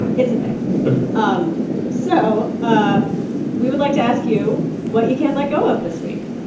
and it's a thing ok um so ah we would like to ask you what you can't let go of this week